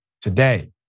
today